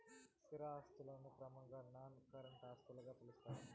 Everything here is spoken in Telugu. స్థిర ఆస్తులను క్రమంగా నాన్ కరెంట్ ఆస్తులుగా పిలుత్తారు